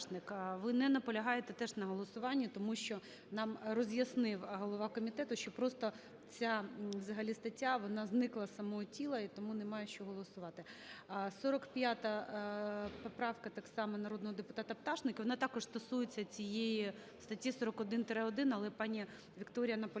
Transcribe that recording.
ви не наполягаєте теж на голосуванні, тому що нам роз'яснив голова комітету, що просто ця взагалі стаття, вона зникла із самого тіла, і тому немає що голосувати, 45-а поправка так само народного депутата Пташник, і вона також стосується цієї статті 41-1, але пані Вікторія наполягає